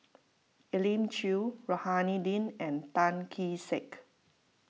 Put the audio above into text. Elim Chew Rohani Din and Tan Kee Sek